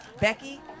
Becky